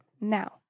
now